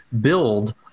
build